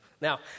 Now